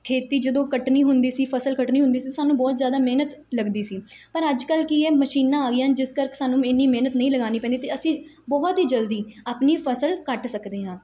ਖੇਤੀ ਜਦੋਂ ਕੱਟਣੀ ਹੁੰਦੀ ਸੀ ਫਸਲ ਕੱਟਣੀ ਹੁੰਦੀ ਸੀ ਸਾਨੂੰ ਬਹੁਤ ਜ਼ਿਆਦਾ ਮਿਹਨਤ ਲੱਗਦੀ ਸੀ ਪਰ ਅੱਜ ਕੱਲ੍ਹ ਕੀ ਆ ਮਸ਼ੀਨਾਂ ਆ ਗਈਆਂ ਜਿਸ ਕਰਕੇ ਸਾਨੂੰ ਇੰਨੀ ਮਿਹਨਤ ਨਹੀਂ ਲਗਾਉਣੀ ਪੈਂਦੀ ਅਤੇ ਅਸੀਂ ਬਹੁਤ ਹੀ ਜਲਦੀ ਆਪਣੀ ਫਸਲ ਕੱਟ ਸਕਦੇ ਹਾਂ